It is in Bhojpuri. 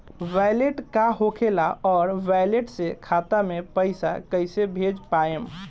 वैलेट का होखेला और वैलेट से खाता मे पईसा कइसे भेज पाएम?